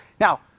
now